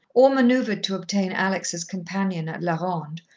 or manoeuvred to obtain alex as companion at la ronde,